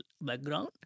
background